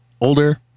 older